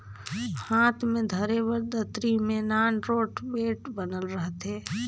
हाथ मे धरे बर दतरी मे नान रोट बेठ बनल रहथे